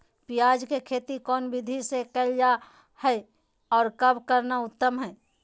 प्याज के खेती कौन विधि से कैल जा है, और कब करना उत्तम है?